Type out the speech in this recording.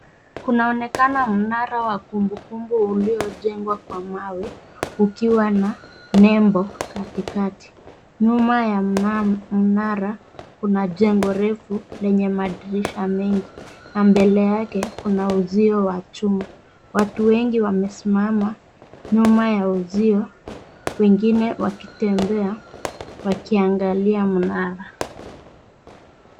Kunaonekana mnara wa kumbukumbu uliojengwa kwa mawe ukiwa na nembo katikati. Nyuma ya mnara kuna jengo refu lenye madirisha mengi na mbele yake kuna uzio wa chuma. Watu wengi wamesimama nyuma ya uzio, wengine wakitembea, wakiangalia mnara.